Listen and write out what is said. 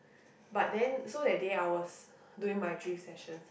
but then so that day I was doing my drift sessions